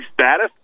Status